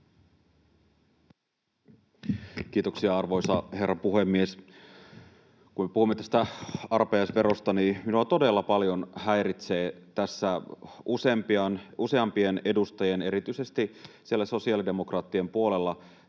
Kiitoksia, arvoisa herra puhemies! Kun puhumme tästä arpajaisverosta, niin minua todella paljon häiritsee tässä useampien edustajien, erityisesti siellä sosiaalidemokraattien puolella,